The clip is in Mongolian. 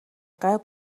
гай